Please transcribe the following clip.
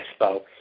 expo